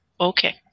Okay